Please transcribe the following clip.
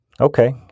Okay